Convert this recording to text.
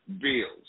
bills